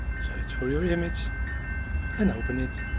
search for your image and open it.